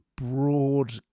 broad